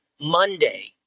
Monday